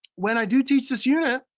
when i do teach this unit,